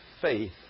faith